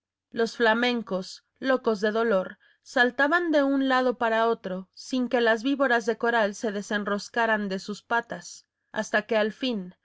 los flamencos locos de dolor saltaban de un lado para otro sin que las víboras de coral se desenroscaran de sus patas hasta que al fin